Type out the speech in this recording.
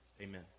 Amen